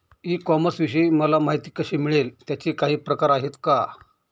E कॉमर्सविषयी मला माहिती कशी मिळेल? त्याचे काही प्रकार आहेत का?